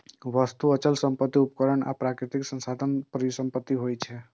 वस्तु, अचल संपत्ति, उपकरण आ प्राकृतिक संसाधन परिसंपत्ति होइ छै